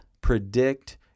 predict